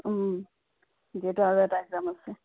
যিহেতু আৰু এটা এগ্জাম আছে